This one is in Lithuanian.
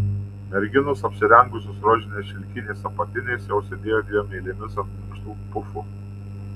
merginos apsirengusios rožiniais šilkiniais apatiniais jau sėdėjo dviem eilėmis ant minkštų pufų